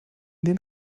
den